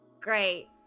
Great